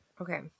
okay